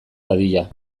dadila